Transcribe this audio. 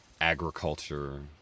agriculture